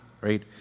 right